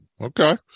Okay